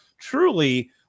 truly